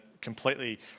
completely